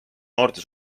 noorte